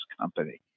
company